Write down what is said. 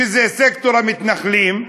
שזה סקטור המתנחלים,